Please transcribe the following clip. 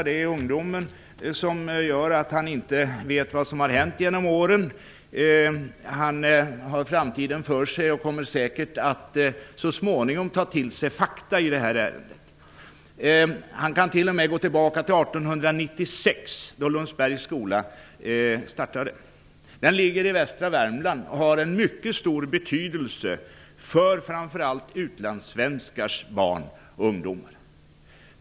Det är hans ungdom som gör att han inte vet vad som har hänt genom åren. Han har framtiden för sig och kommer säkert så småningom att ta till sig fakta i det här ärendet. Han kan t.o.m. gå tillbaka till år 1896, då Lundsbergs skola startade. Skolan ligger i västra Värmland och har en mycket stor betydelse för framför allt utlandssvenskars barn och ungdomar.